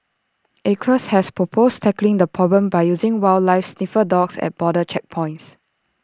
acres has proposed tackling the problem by using wildlife sniffer dogs at border checkpoints